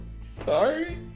Sorry